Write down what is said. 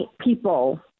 people